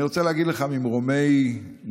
אני רוצה להגיד לך ממרומי גילי,